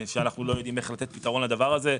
אנחנו לא יודעים איך לתת פתרון לדבר הזה.